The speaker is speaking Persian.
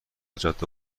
جاده